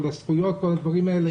כל הזכויות, כל הדברים האלה.